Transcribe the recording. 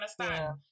understand